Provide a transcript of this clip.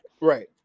Right